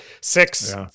six